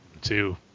Two